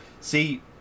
See